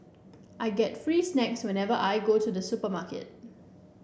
I get free snacks whenever I go to the supermarket